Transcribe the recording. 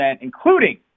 including